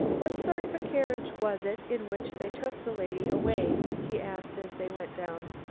what sort of a carriage was it in which they took the lady away? he asked as they went down.